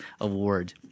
award